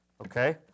Okay